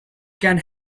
can